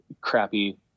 crappy